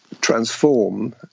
transform